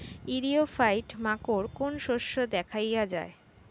ইরিও ফাইট মাকোর কোন শস্য দেখাইয়া যায়?